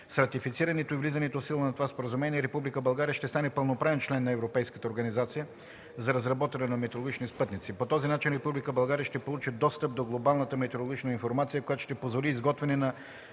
С ратифицирането и влизането в сила на това споразумение Република България ще стане пълноправен член на Европейската организация за разработване на метеорологични спътници. По този начин Република България ще получи достъп до глобалната метеорологична информация, която ще позволи изготвяне на